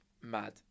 Mad